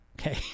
Okay